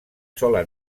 sola